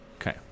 Okay